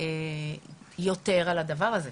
יותר על הדבר הזה.